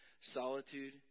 Solitude